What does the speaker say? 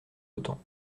autant